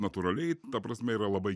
natūraliai ta prasme yra labai